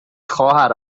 خواهر